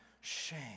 shame